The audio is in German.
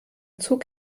zug